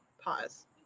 pause